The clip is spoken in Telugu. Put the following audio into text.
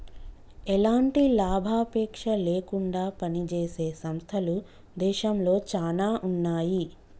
ఎలాంటి లాభాపేక్ష లేకుండా పనిజేసే సంస్థలు దేశంలో చానా ఉన్నాయి